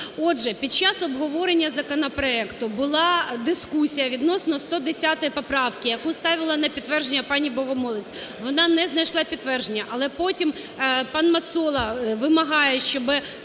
Отже, під час обговорення законопроекту була дискусія відносно 110 поправки, яку ставила на підтвердження пані Богомолець. Вона не знайшла підтвердження. Але потім пан Мацола вимагає, щоб